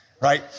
right